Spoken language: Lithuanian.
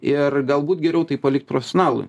ir galbūt geriau tai palikt profesionalui